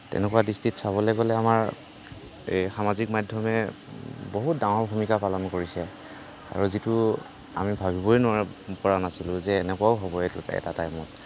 তেনেকুৱা দৃষ্টিত চাবলৈ গ'লে আমাৰ এই সামাজিক মাধ্য়মে বহুত ডাঙৰ ভূমিকা পালন কৰিছে আৰু যিটো আমি ভাবিবই নোৱাৰো পৰা নাছিলোঁ যে এনেকুৱাও হ'ব এটো এটা টাইমত